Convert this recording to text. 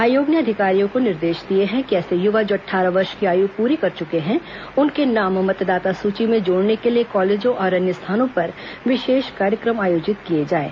आयोग ने अधिकारियों को निर्देश दिए हैं कि ऐसे युवा जो अट्ठारह वर्ष की आय पूरी कर चुके हैं उनके नाम मतदाता सुची में जोड़ने के लिए कॉलेजों और अन्य स्थानों पर विशेष कार्यक्रम आयोजित किए जाएं